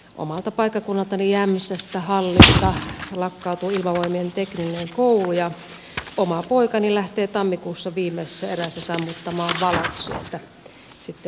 omalta paikkakunnaltani jämsästä hallista lakkautuu ilmavoimien teknillinen koulu ja oma poikani lähtee tammikuussa viimeisessä erässä sammuttamaan valot sieltä sitten lopullisesti